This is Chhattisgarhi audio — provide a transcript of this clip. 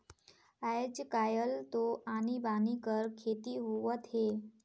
आयज कायल तो आनी बानी कर खेती होवत हे